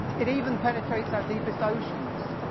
it even penetrates our deepest oceans,